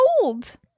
cold